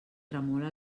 tremola